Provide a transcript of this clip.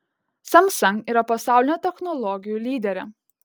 samsung yra pasaulinė technologijų lyderė